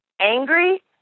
angry